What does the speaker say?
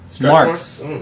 marks